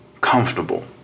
comfortable